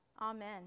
Amen